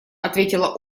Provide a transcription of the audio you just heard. ответила